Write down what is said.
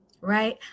right